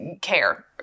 care